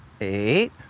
eight